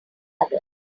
others